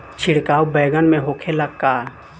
छिड़काव बैगन में होखे ला का?